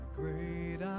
great